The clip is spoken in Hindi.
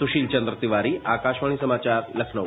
सुशील चंद्र तिवारी आकाशवाणी समाचार लखनऊ